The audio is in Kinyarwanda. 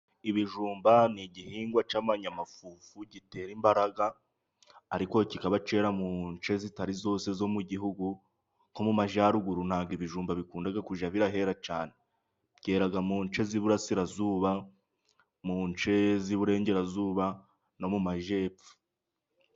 Ibijumba ni igihingwa cy'ikinyamafufu gitera imbaraga, ariko kikaba cyera mu nce zitari zose zo mu gihugu nko mu majyaruguru ntabwo ibijumba bikunda kujya bira ahera cyane , byera mu nce z'iburasirazuba, mu nce z'iburengerazuba no mu majyepfo.